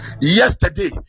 yesterday